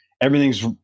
everything's